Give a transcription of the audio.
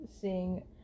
seeing